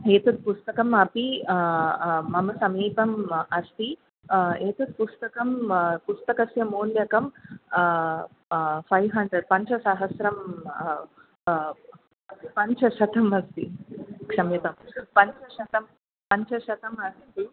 एतत् पुस्तकम् अपि मम समीपे अस्ति एतत् पुस्तकं पुस्तकस्य मौल्यकं फ़् फ़ैव् हण्ड्रेड् पञ्चसहस्रं पञ्चशतमस्ति क्षम्यतां पञ्चशतं पञ्चशतमस्ति